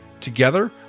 Together